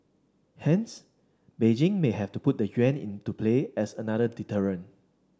hence Beijing may have put the yuan into play as another deterrent